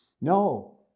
no